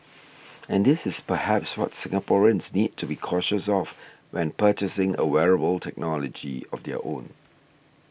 and this is perhaps what Singaporeans need to be cautious of when purchasing a wearable technology of their own